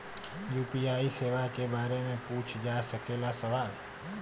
UPI सेवा के बारे में पूछ जा सकेला सवाल?